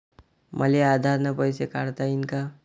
मले आधार न पैसे काढता येईन का?